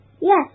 Yes